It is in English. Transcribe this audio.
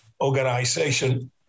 organization